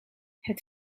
het